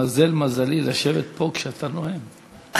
התמזל מזלי לשבת פה כשאתה נואם,